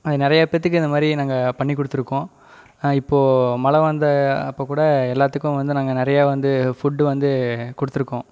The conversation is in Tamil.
நிறையாப்பேத்துக்கு இந்தமாதிரி நாங்கள் பண்ணிக்கொடுத்துருக்கோம் இப்போது மழை வந்த அப்போக்கூட எல்லாத்துக்கும் வந்து நாங்கள் நிறைய வந்து ஃபுட் வந்து கொடுத்துருக்கோம்